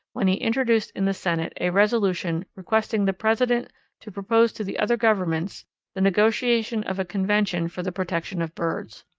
when he introduced in the senate a resolution requesting the president to propose to the other governments the negotiation of a convention for the protection of birds.